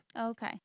Okay